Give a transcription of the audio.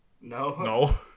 No